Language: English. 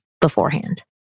beforehand